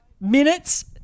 minutes